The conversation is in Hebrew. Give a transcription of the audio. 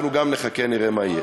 גם אנחנו נחכה, נראה מה יהיה.